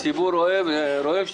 עוברים בפעימות.